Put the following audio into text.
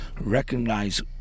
recognize